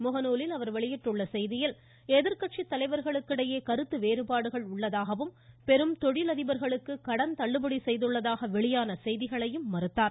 முகநூலில் அவர் வெளியிட்டுள்ள செய்தியில் எதிர்க்கட்சித் தலைவர்களுக்கு இடையே கருத்து வேறுபாடுகள் உள்ளதாக குறை கூறிய அவர் பெரும் தொழிலதிபர்களுக்கு கடன் தள்ளுபடி செய்துள்ளதாக வெளியான செய்திகளையும் மறுத்தார்